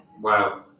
Wow